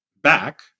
back